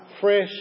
fresh